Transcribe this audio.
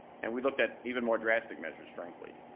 and we looked at even more drastic measures, frankly.